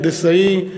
הנדסאי,